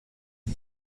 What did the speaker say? one